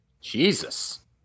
Jesus